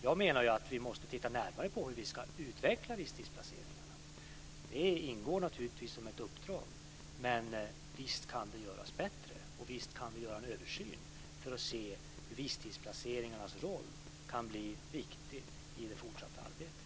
Jag menar att vi måste titta närmare på hur vi ska utveckla visstidsplaceringarna. Det ingår naturligtvis som ett uppdrag. Men visst kan det göras bättre, och visst kan vi göra en översyn för att se hur visstidsplaceringarnas roll kan bli viktig i det fortsatta arbetet.